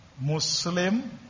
Muslim